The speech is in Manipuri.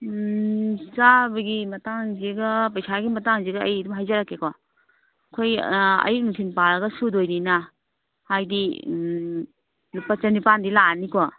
ꯎꯝ ꯆꯥꯕꯒꯤ ꯃꯇꯥꯡꯁꯤꯒ ꯄꯩꯁꯥꯒꯤ ꯃꯇꯥꯡꯁꯤꯒ ꯑꯩ ꯑꯗꯨꯝ ꯍꯥꯏꯖꯔꯛꯀꯦꯀꯣ ꯑꯩꯈꯣꯏ ꯑꯌꯨꯛ ꯅꯨꯊꯤꯟ ꯄꯥꯔꯒ ꯁꯨꯗꯣꯏꯅꯤꯅ ꯍꯥꯏꯕꯗꯤ ꯂꯨꯄꯥ ꯆꯅꯤꯄꯥꯟꯗꯤ ꯂꯥꯛꯑꯅꯤꯀꯣ